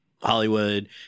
Hollywood